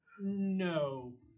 no